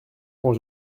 quand